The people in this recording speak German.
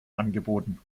angeboten